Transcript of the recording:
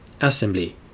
Assembly